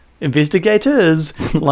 Investigators